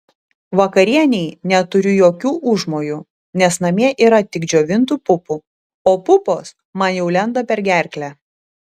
vakarienei neturiu jokių užmojų nes namie yra tik džiovintų pupų o pupos man jau lenda per gerklę